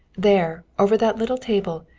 there, over that little table,